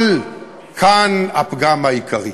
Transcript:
אבל כאן הפגם העיקרי: